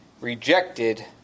rejected